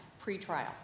pre-trial